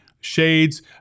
shades